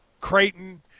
Creighton